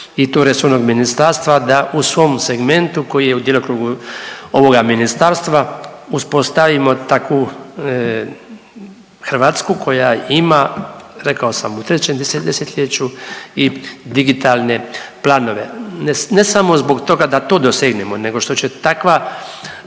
i tog resornog ministarstva da u svom segmentu koji je u djelokrugu ovoga ministarstva uspostavimo takvu Hrvatsku koja ima, rekao sam u trećem desetljeću i digitalne planove. Ne samo zbog toga da to dosegnemo nego što će takva